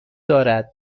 دارد